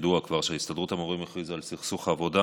ידוע כבר שהסתדרות המורים הכריזה על סכסוך עבודה